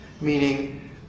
meaning